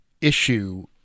issue